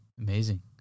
Amazing